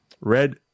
Red